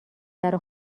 درو